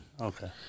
Okay